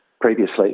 Previously